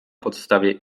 podstawie